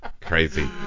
Crazy